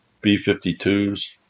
B-52s